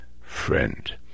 friend